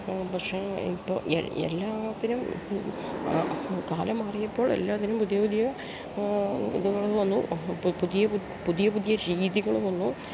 പക്ഷേ ഇപ്പോള് എല്ലാത്തിനും കാലം മാറിയപ്പോൾ എല്ലാത്തിനും പുതിയ പുതിയ ഇതുകള് വന്നു പുതിയ പുതിയ പുതിയ രീതികള് വന്നു